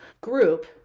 group